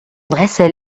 dressaient